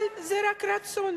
אבל זה רק רצון.